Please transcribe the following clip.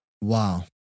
Wow